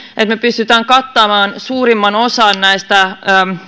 että me pystymme kattamaan suurimman osan näistä